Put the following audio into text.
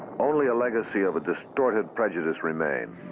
only a legacy of a distorted prejudice remained.